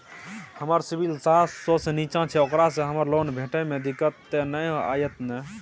हमर सिबिल सात सौ से निचा छै ओकरा से हमरा लोन भेटय में दिक्कत त नय अयतै ने?